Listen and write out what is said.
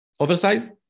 Oversize